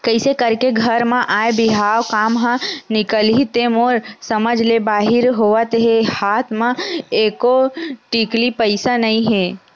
कइसे करके घर म आय बिहाव काम ह निकलही ते मोर समझ ले बाहिर होवत हे हात म एको टिकली पइसा नइ हे